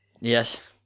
Yes